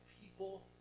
people